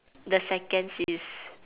the second sis